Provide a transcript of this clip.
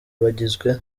bagizwe